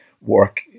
work